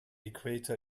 equator